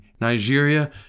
Nigeria